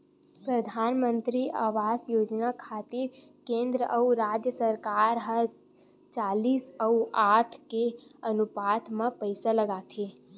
परधानमंतरी आवास योजना खातिर केंद्र अउ राज सरकार ह चालिस अउ साठ के अनुपात म पइसा लगाथे